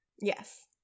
Yes